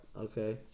Okay